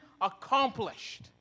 accomplished